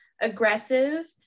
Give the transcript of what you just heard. aggressive